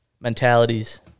mentalities